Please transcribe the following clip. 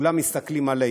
כולם מסתכלים עלינו.